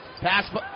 Pass